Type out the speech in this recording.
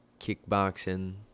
kickboxing